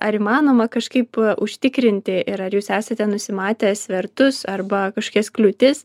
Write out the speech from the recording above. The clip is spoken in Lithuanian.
ar įmanoma kažkaip užtikrinti ir ar jūs esate nusimatę svertus arba kažkokias kliūtis